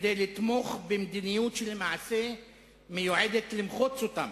כדי לתמוך במדיניות שלמעשה מיועדת למחוץ אותם,